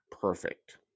perfect